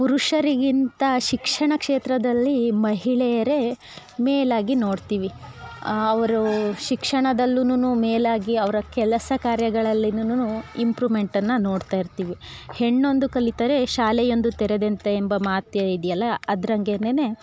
ಪುರುಷರಿಗಿಂತ ಶಿಕ್ಷಣ ಕ್ಷೇತ್ರದಲ್ಲಿ ಮಹಿಳೆಯರೇ ಮೇಲಾಗಿ ನೋಡ್ತೀವಿ ಅವರು ಶಿಕ್ಷಣದಲ್ಲುನೂ ಮೇಲಾಗಿ ಅವರ ಕೆಲಸ ಕಾರ್ಯಗಳಲ್ಲಿನೂ ಇಂಪ್ರೂಮೆಂಟನ್ನು ನೋಡ್ತಾ ಇರ್ತೀವಿ ಹೆಣ್ಣೊಂದು ಕಲಿತರೆ ಶಾಲೆಯೊಂದು ತೆರೆದಂತೆ ಎಂಬ ಮಾತೆ ಇದೆಯಲ್ಲ ಅದ್ರಂಗೆನೇ